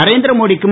நரேந்திரமோடி க்கும்